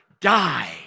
die